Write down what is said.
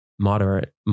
moderate